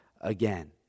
again